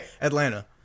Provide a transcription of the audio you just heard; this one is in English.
Atlanta